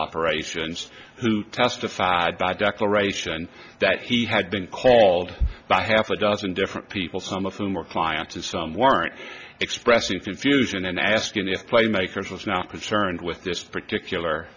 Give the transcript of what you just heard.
operations who testified that declaration that he had been called by half a dozen different people some of whom were clients to some weren't expressing confusion and asking if playmakers was not concerned with this particular